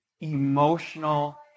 emotional